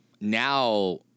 Now